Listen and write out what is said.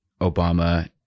Obama